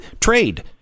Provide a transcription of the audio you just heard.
trade